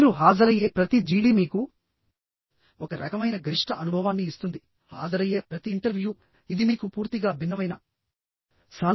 మీరు హాజరయ్యే ప్రతి జీడీ మీకు ఒక రకమైన గరిష్ట అనుభవాన్ని ఇస్తుంది హాజరయ్యే ప్రతి ఇంటర్వ్యూ ఇది మీకు పూర్తిగా భిన్నమైన అనుభవాన్ని కూడా ఇవ్వబోతోంది లేకపోతే మీకు అది రాదు